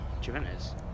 Juventus